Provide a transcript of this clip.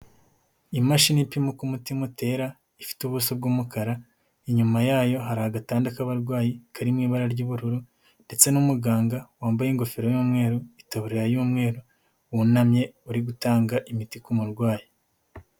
Imashini ipima uko umutima utera, ifite ubuso bw'umukara, inyuma yayo hari agatanda k'abarwayi kari mu ibara ry'ubururu ndetse n'umuganga wambaye ingofero y'umweru, itabariya y'umweru, wunamye uri gutanga imiti ku murwayi.